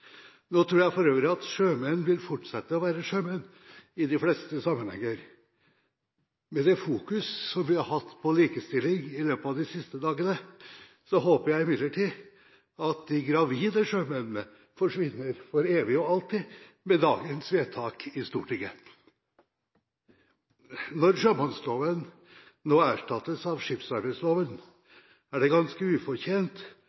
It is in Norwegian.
Nå tror jeg for øvrig at sjømenn vil fortsette å være sjømenn i de fleste sammenhenger. Med det fokus som vi har hatt på likestilling i løpet av de siste dagene, håper jeg imidlertid at de «gravide sjømennene» forsvinner for evig og alltid med dagens vedtak i Stortinget. Når sjømannsloven nå erstattes av